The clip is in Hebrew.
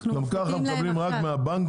גם כך ממילא מקבלים דואר רק מהבנקים.